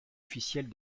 officiels